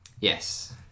Yes